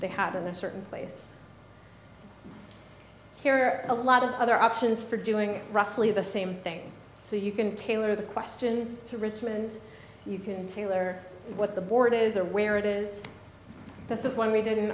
they had in a certain place here are a lot of other options for doing roughly the same thing so you can tailor the questions to richmond you can tailor what the board is or where it is this is one we did in